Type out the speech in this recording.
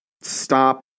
stop